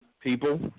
people